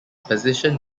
position